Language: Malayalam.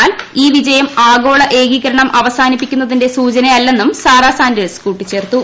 എന്നാൽ ഈ വിജയം ആഗോള ഏകീകരണം പ്രസിദ്ധിക്കും അവസാനിപ്പിക്കുന്നതിന്റെ സൂചനയല്ലെന്നും സാറാ സാൻഡേഴ്സ് കൂട്ടിച്ചേർത്തു